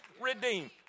redeemed